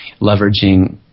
leveraging